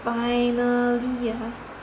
finally ah